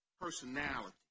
personality